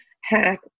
hack